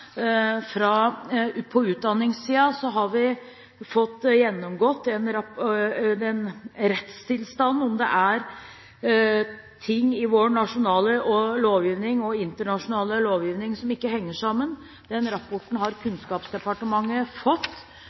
På utdanningssiden har vi fått gjennomgått rettstilstanden, om det er ting i vår nasjonale lovgivning og internasjonale lovgivning som ikke henger sammen. Den rapporten har Kunnskapsdepartementet fått.